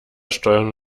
steuern